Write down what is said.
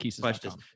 Questions